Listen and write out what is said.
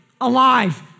alive